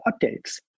updates